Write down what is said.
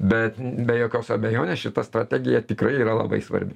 bet be jokios abejonės šita strategija tikrai yra labai svarbi